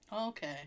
Okay